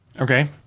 Okay